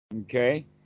Okay